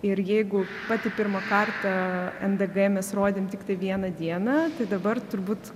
ir jeigu patį pirmą kartą ndg mes rodėm tiktai vieną dieną tai dabar turbūt